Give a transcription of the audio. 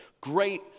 great